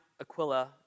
Aquila